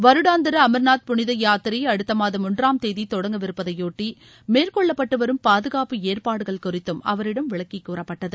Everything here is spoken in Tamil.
வருடாந்திர அம்நாத் புனித யாத்திரை அடுத்த மாதம் ஒன்றாம் தேதி தொடங்கவிருப்பதையொட்டி மேற்கொள்ளப்பட்டு வரும் பாதுகாப்பு ஏற்பாடுகள் குறித்தும் அவரிடம் விளக்கி கூறப்பட்டது